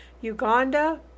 Uganda